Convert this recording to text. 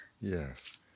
yes